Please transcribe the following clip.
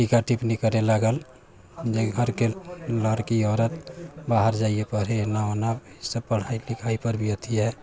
टीका टिप्पणी करै लागल जे घरके लड़की औरत बाहर जाइया पढ़ै एना ओना सभ पढ़ै लिखै पर भी अथि है